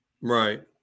Right